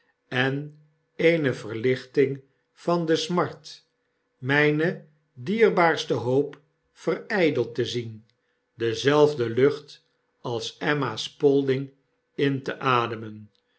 en eene verlichting van de smart myne dierbaarste hoop verydeld te zien dezelfde lucht als emma spalding inteademen een